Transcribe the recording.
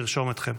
נרשום אתכם.